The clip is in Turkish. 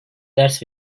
ders